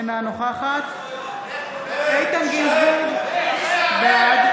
אינה נוכחת איתן גינזבורג, בעד